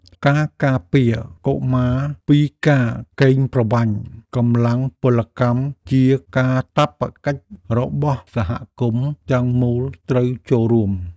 ការការពារកុមារពីការកេងប្រវ័ញ្ចកម្លាំងពលកម្មជាកាតព្វកិច្ចរបស់សហគមន៍ទាំងមូលត្រូវចូលរួម។